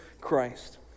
Christ